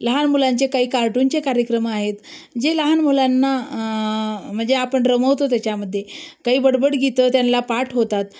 लहान मुलांचे काही कार्टूनचे कार्यक्रम आहेत जे लहान मुलांना म्हणजे आपण रमवतो त्याच्यामध्ये काही बडबड गीतं त्यांला पाठ होतात